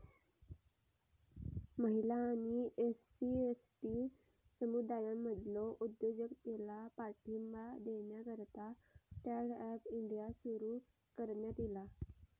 महिला आणि SC, ST समुदायांमधलो उद्योजकतेला पाठिंबा देण्याकरता स्टँड अप इंडिया सुरू करण्यात ईला